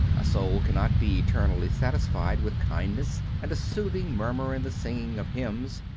a soul cannot be eternally satisfied with kindness and a soothing murmur and the singing of hymns,